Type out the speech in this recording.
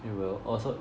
you will oh so